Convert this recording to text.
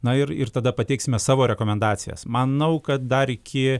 na ir ir tada pateiksime savo rekomendacijas manau kad dar iki